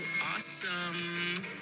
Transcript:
awesome